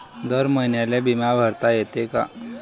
दर महिन्याले बिमा भरता येते का?